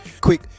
quick